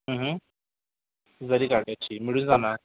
जरीकाठाची मिळून जाणार